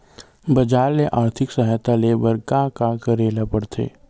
बजार ले आर्थिक सहायता ले बर का का करे ल पड़थे?